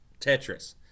Tetris